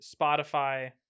spotify